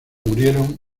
murieron